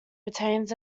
retains